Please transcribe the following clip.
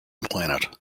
planet